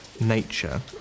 nature